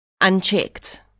unchecked